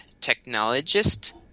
technologist